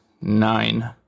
nine